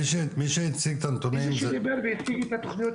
אני הייתי שמח שמינהל התכנון היה מציג את המתאר